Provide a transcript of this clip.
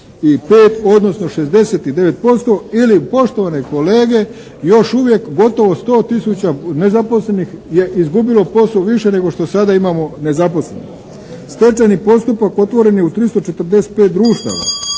odnosno 69% ili poštovane kolege još uvijek gotovo 100000 nezaposlenih je izgubilo posao više nego što sada imamo nezaposlenih. Stečajni postupak otvoren je u 345 društava.